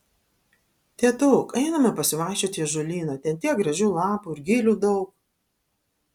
tėtuk einame pasivaikščioti į ąžuolyną ten tiek gražių lapų ir gilių daug